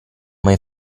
mai